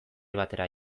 batera